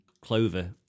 clover